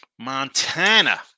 Montana